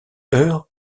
heure